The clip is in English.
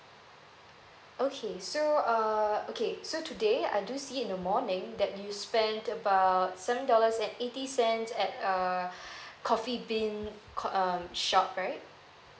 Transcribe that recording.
okay so err okay so today I do see in the morning that you spent about seven dollars and eighty cents at uh coffee bean cof~ um shop right